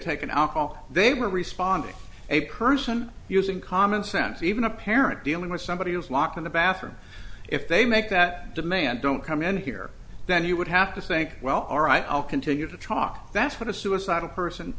taken alcohol they were responding a person using common sense even a parent dealing with somebody who is locked in the bathroom if they make that demand don't come in here then you would have to think well all right i'll continue to try that's what a suicidal person